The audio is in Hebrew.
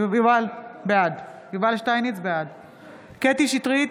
בעד קטי קטרין שטרית,